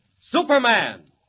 Superman